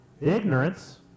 ignorance